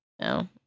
No